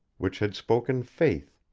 which had spoken faith,